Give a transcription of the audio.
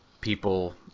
people